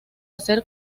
hacer